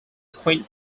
squint